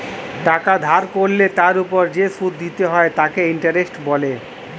টাকা ধার করলে তার ওপর যে সুদ দিতে হয় তাকে ইন্টারেস্ট বলে